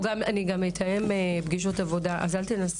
אני אתאם פגישות עבודה, אז אל תנסי לדחוף את הכול.